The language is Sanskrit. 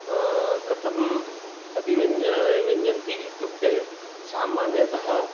कथम् अभिव्यञ् व्यञ्जन्ति इत्युक्ते सामान्यतः